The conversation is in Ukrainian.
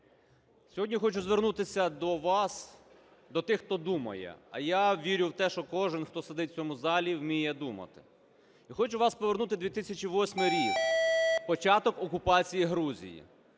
сьогодні хочу звернутися до вас, до тих, хто думає. А я вірю в те, що кожний, хто сидить у цьому залі, вміє думати. Я хочу вас повернути у 2008 рік – початок окупації Грузії.